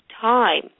time